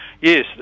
yes